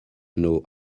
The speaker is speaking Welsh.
nhw